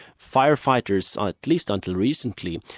firefighters, or at least until recently,